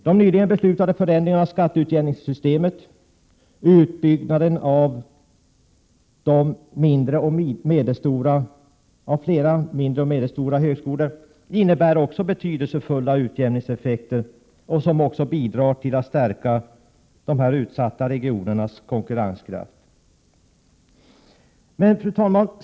De nyligen beslutade förändringarna av skatteutjämningssystemet och utbyggnaden av flera mindre och medelstora högskolor får också betydelsefulla utjämningseffekter som bidrar till att stärka de utsatta regionernas konkurrenskraft. Fru talman!